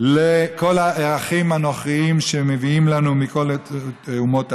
לכל האחים הנוכרים שמביאים לנו מכל אומות העולם.